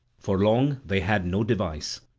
for long they had no device,